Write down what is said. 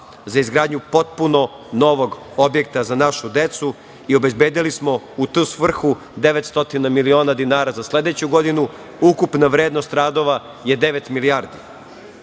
za izgradnju potpuno novog objekta za našu decu i obezbedili smo u tu svrhu 900 miliona dinara za sledeću godinu. Ukupna vrednost radova je devet milijardi. Opšte